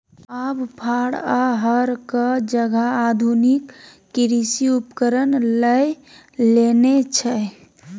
आब फार आ हरक जगह आधुनिक कृषि उपकरण लए लेने छै